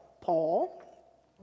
Paul